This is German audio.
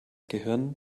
gehirn